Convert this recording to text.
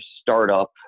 startup